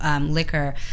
Liquor